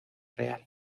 real